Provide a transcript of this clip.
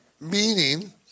meaning